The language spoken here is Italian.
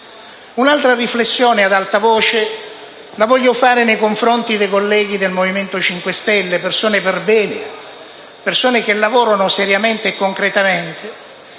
Un'altra riflessione ad alta voce la voglio fare nei confronti dei colleghi del Movimento 5 Stelle: persone perbene, che lavorano seriamente e concretamente.